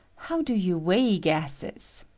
how do you weigh gases?